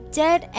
dead